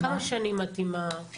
כמה שנים את עם החוק הזה?